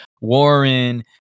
Warren